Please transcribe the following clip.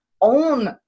own